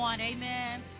Amen